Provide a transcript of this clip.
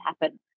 happen